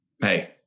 Hey